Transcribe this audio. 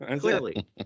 clearly